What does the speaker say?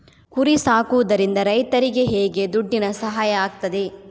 ಕುರಿ ಸಾಕುವುದರಿಂದ ರೈತರಿಗೆ ಹೇಗೆ ದುಡ್ಡಿನ ಸಹಾಯ ಆಗ್ತದೆ?